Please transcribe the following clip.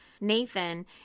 Nathan